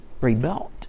rebuilt